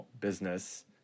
business